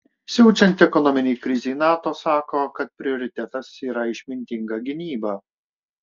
siaučiant ekonominei krizei nato sako kad prioritetas yra išmintinga gynyba